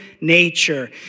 nature